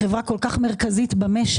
חברה כל כך מרכזית במשק